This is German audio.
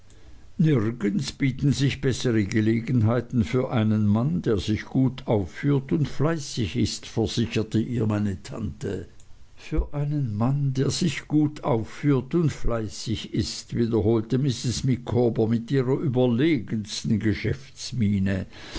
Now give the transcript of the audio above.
nirgends bieten sich bessere gelegenheiten für einen mann der sich gut aufführt und fleißig ist versicherte ihr meine tante für einen mann der sich gut aufführt und fleißig ist wiederholte mrs micawber mit ihrer überlegensten geschäftsmiene